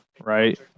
Right